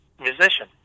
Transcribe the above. musician